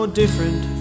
different